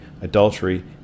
adultery